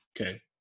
Okay